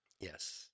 Yes